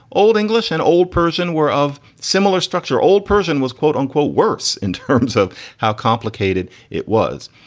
old english and old persian were of similar structure old persian was quote unquote worse in terms of how complicated it was.